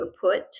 put